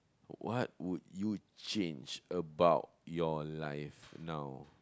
what would you change about your life now